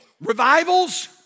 revivals